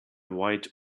white